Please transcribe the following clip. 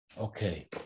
Okay